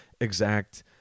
exact